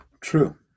True